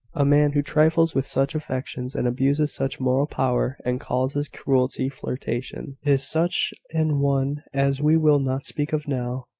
a man who trifles with such affections, and abuses such moral power, and calls his cruelty flirtation is such an one as we will not speak of now.